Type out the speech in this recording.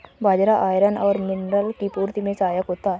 बाजरा iron और mineral की पूर्ति में सहायक होता है